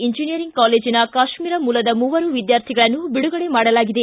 engineering ಕಾಲೇಜಿನ ಕಾಶ್ನೀರ ಮೂಲದ ಮೂವರು ವಿದ್ಯಾರ್ಥಿಗಳನ್ನು ಬಿಡುಗಡೆ ಮಾಡಲಾಗಿದೆ